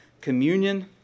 Communion